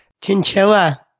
Chinchilla